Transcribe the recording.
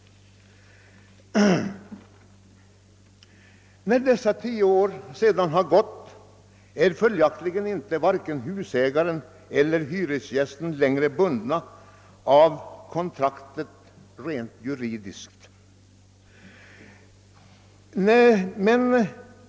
När dessa tio år har gått är följaktligen varken husägaren eller hyresgästen längre bunden av kontraktet rent juridiskt.